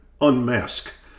unmask